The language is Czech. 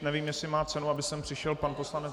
Nevím, jestli má cenu, aby sem přišel pan poslanec...